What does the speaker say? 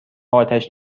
آتش